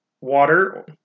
water